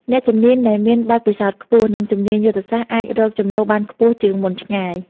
អ្នកជំនាញដែលមានបទពិសោធន៍ខ្ពស់ និងជំនាញយុទ្ធសាស្ត្រអាចរកចំណូលបានខ្ពស់ជាងមុនឆ្ងាយ។